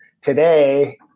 Today